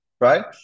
Right